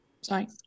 sorry